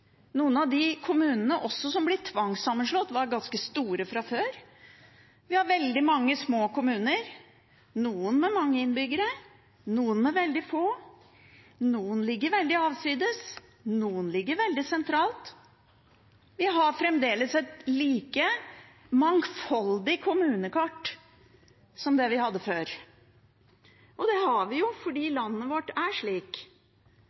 noen av de kommunene som blir tvangssammenslått, var ganske store fra før. Vi har veldig mange små kommuner, noen med mange innbyggere, noen med veldig få, noen ligger veldig avsides, noen ligger veldig sentralt. Vi har fremdeles et like mangfoldig kommunekart som det vi hadde før, og det har vi fordi landet vårt er slik.